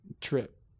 trip